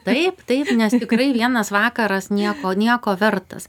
taip taip nes tikrai vienas vakaras nieko nieko vertas